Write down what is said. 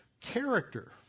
character